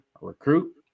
recruit